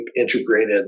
integrated